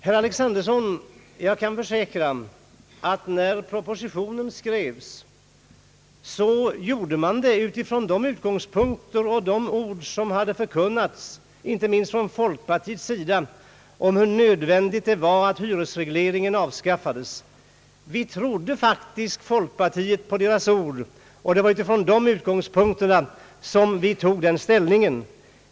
Jag kan försäkra herr Alexanderson, att propositionen skrevs med utgångspunkt från det som hade förkunnats, inte minst från folkpartiet, om hur nödvändigt det var att hyresregleringen avskaffades. Vi trodde faktiskt folkpartiet på dess ord, och från dessa utgångspunkter tog vi vår ställning.